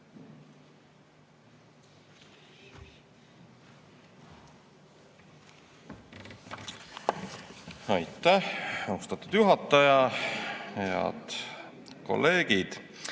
Aitäh, austatud juhataja! Head kolleegid!